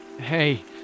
Hey